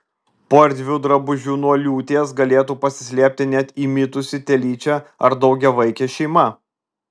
po erdviu drabužiu nuo liūties galėtų pasislėpti net įmitusi telyčia ar daugiavaikė šeima